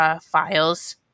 files